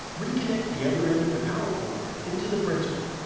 reconnect the other end of the power cord into the printer.